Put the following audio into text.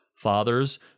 ...fathers